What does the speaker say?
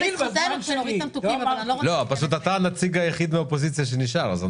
אתה הנציג היחיד שנשאר מהאופוזיציה.